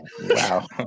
Wow